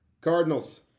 Cardinals